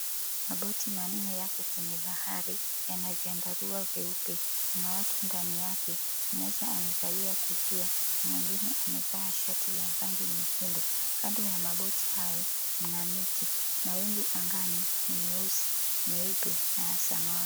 Maboti manne yapo kwenye bahari, yanavyandarua vyeupe na watu ndani yake mmoja amevalia kofia na mwengine amevaa shati la rangi nyekundu. Kando ya maboti hayo mna miti na mawingu angani ni meusi, meupe na ya samawati.